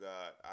God